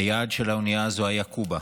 היעד של האונייה הזו היה קובה.